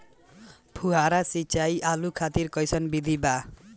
फुहारा सिंचाई आलू खातिर कइसन विधि बा?